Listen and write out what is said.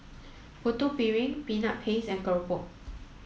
Putu Piring peanut paste and Keropok